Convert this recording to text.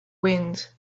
wind